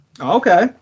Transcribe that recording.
Okay